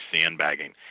sandbagging